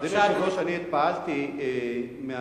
אדוני היושב-ראש, אני התפעלתי מהחיבוק